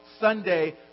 Sunday